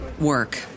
work